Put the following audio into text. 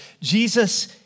Jesus